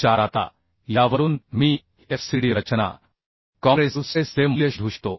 5674 आता यावरून मी FCD रचना कॉम्प्रेसिव स्ट्रेस चे मूल्य शोधू शकतो